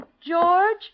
George